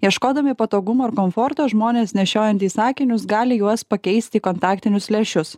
ieškodami patogumo ir komforto žmonės nešiojantys akinius gali juos pakeisti į kontaktinius lęšius